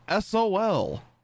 SOL